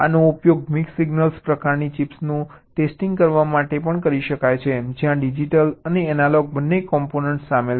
આનો ઉપયોગ mix signal પ્રકારની ચિપ્સનું ટેસ્ટિંગ કરવા માટે કરી શકાય છે જ્યાં ડિજિટલ અને એનાલોગ બંને કોમ્પોનન્ટ્સ સામેલ છે